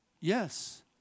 Yes